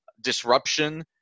disruption